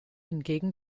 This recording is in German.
hingegen